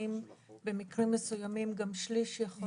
האם במקרים מסוימים גם שליש יכול